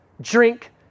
drink